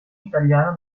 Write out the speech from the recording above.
italiana